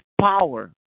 power